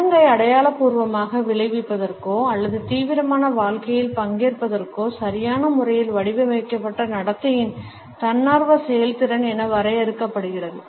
சடங்கை அடையாளப்பூர்வமாக விளைவிப்பதற்கோ அல்லது தீவிரமான வாழ்க்கையில் பங்கேற்பதற்கோ சரியான முறையில் வடிவமைக்கப்பட்ட நடத்தையின் தன்னார்வ செயல்திறன் என வரையறுக்கப்படுகிறது